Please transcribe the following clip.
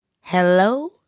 Hello